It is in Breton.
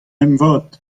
emvod